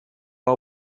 hau